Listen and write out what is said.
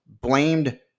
Blamed